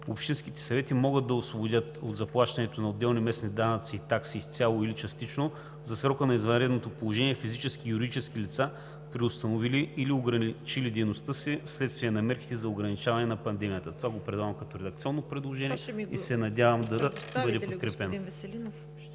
Общинските съвети могат да освободят от заплащането на отделни местни данъци и такси изцяло или частично за срока на извънредното положение физически и юридически лица, преустановили или ограничили дейността си вследствие на мерките за ограничаване на пандемията.“ Това го предавам като редакционно предложение и се надявам да бъде подкрепено.